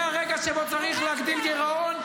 זה הרגע שבו צריך להגדיל גירעון,